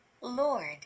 Lord